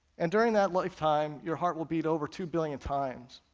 and during that lifetime your heart will beat over two billion times,